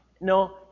No